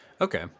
okay